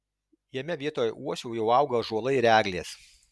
jame vietoj uosių jau auga ąžuolai ir eglės